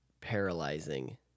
paralyzing